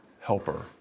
helper